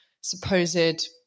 supposed